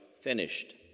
finished